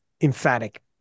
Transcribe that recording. emphatic